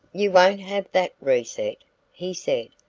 you won't have that reset? he said,